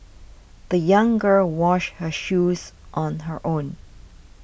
the young girl washed her shoes on her own